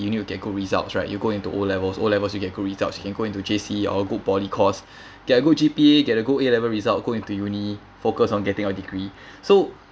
you need to get good results right you go into O levels O levels you get good results you can go into J_C or go poly course get a good G_P_A get a good A level results go into uni focused on getting a degree so